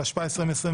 התשפ"א-2021,